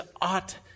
ought